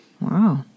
Wow